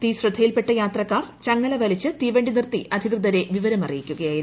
തീ ൃശ്രദ്ധയിൽപ്പെട്ട യാത്രക്കാർ ചങ്ങല വലിച്ച് തീവണ്ടി നിർത്തി അധീകൃതരെ വിവരമറിയിക്കുകയായിരുന്നു